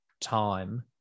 time